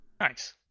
Nice